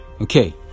okay